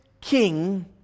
king